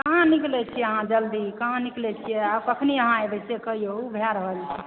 कहाँ निकलै छियै अहाँ जल्दी कहाँ निकलै छियै आब कखनी अहाँ एबै से क़हियौ ओ भए रहल छै